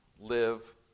live